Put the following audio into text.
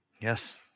Yes